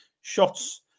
Shots